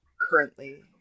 currently